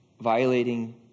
violating